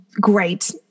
great